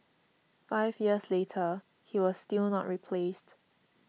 five years later he was still not replaced